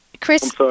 Chris